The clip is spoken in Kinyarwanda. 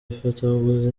ifatabuguzi